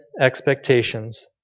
expectations